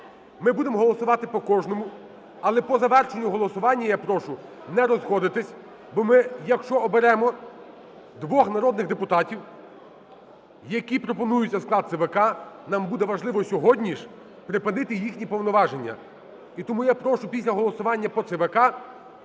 ми будемо голосувати по кожному, але по завершенню голосування, я прошу не розходитись, бо ми, якщо оберемо двох народних депутатів, які пропонуються в склад ЦВК, нам буде важливо сьогодні ж припинити їхні повноваження. І тому я прошу після голосування по ЦВК